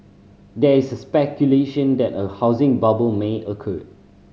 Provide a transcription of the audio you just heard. there is speculation that a housing bubble may occur